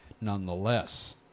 nonetheless